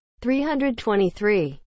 323